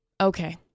Okay